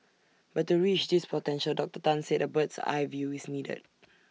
but to reach this potential Doctor Tan said A bird's eye view is needed